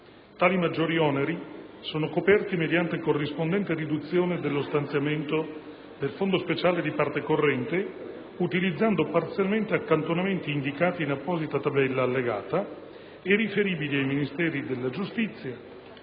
Tali maggiori oneri sono coperti mediante corrispondente riduzione dello stanziamento del fondo speciale di parte corrente, utilizzando parzialmente accantonamenti indicati in apposita tabella allegata e riferibili ai Ministeri della giustizia,